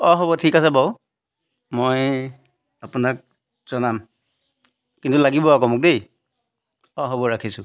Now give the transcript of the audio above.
অঁ হ'ব ঠিক আছে বাৰু মই আপোনাক জনাম কিন্তু লাগিব আকৌ মোক দেই অঁ হ'ব ৰাখিছোঁ